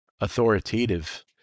Authoritative